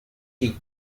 tea